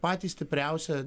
patį stipriausią